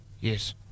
Yes